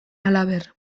halaber